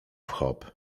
hop